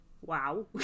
wow